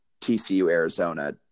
TCU-Arizona